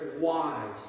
wives